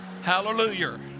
Hallelujah